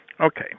Okay